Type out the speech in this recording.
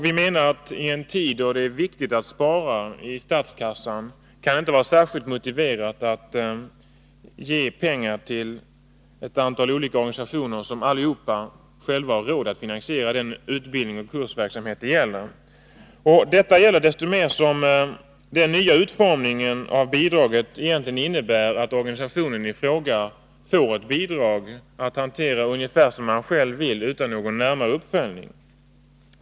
I en tid då det är viktigt att spara i statskassan anser vi att det inte kan vara särskilt motiverat att ge pengar till ett antal olika organisationer, som allesammans själva har råd att finansiera den utbildning och kursverksamhet det gäller. Det gäller desto mer som den nya utformningen av bidraget egentligen innebär att organisationen i fråga får ett bidrag att hantera ungefär som den själv vill utan närmare uppföljning.